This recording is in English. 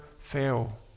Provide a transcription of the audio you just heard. fail